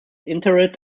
interred